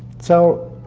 so.